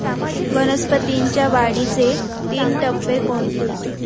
वनस्पतींच्या वाढीचे तीन टप्पे कोणते?